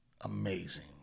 amazing